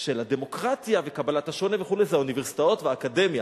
של הדמוקרטיה וקבלת השונה זה האוניברסיטאות והאקדמיה.